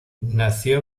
nació